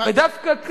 ודווקא כאן,